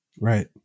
right